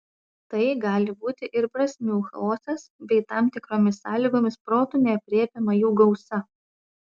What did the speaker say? tai gali būti ir prasmių chaosas bei tam tikromis sąlygomis protu neaprėpiama jų gausa